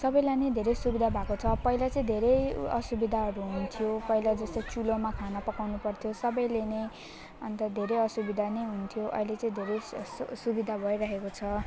सबैलाई नै धेरै सुविधा भएको छ पहिला चाहिँ धेरै असुविधाहरू हुन्थ्यो पहिला जस्तो चुलोमा खाना पकाउनुपर्थ्यो सबैले नै अन्त धेरै असुविधा नै हुन्थ्यो अहिले चाहिँ स सुविधा भइरहेको छ